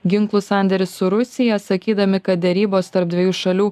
ginklų sandėrį su rusija sakydami kad derybos tarp dviejų šalių